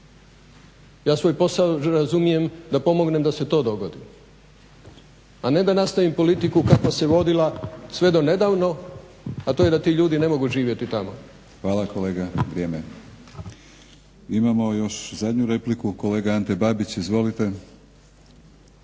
ja svoj posao razumijem da pomognem da se to dogodi, a ne da nastavim politiku kakva se vodila sve do nedavno, a to je da ti ljudi ne mogu živjeti tamo. **Batinić, Milorad (HNS)** Hvala kolega. Vrijeme. Imamo još zadnju repliku. Kolega Ante Babić, izvolite.